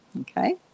Okay